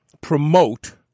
promote